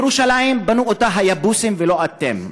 את ירושלים בנו היבוסים, ולא אתם.